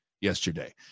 yesterday